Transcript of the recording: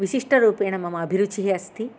विशिष्टरूपेण मम अभिरुचिः अस्ति